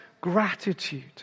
gratitude